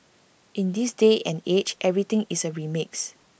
in this day and age everything is A remix